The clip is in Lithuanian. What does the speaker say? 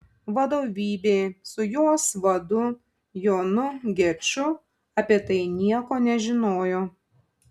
vadovybė su jos vadu jonu geču apie tai nieko nežinojo